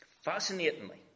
Fascinatingly